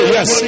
Yes